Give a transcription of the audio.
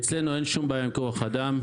אצלנו אין שום בעיה עם כוח אדם.